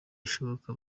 bishoboka